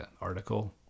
article